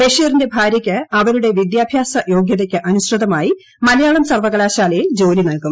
ബഷീറിന്റെ ഭാര്യയ്ക്ക് അവരുടെ വിദ്യാഭ്യാസ യോഗ്യതയ്ക്ക് അനുസൃതമായി മലയാളം സർവകലാശാലയിൽ ജോലി നൽകും